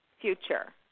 future